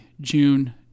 June